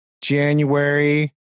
January